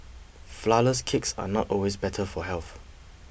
Flourless Cakes are not always better for health